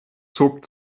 zog